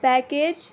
package